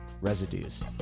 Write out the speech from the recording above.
residues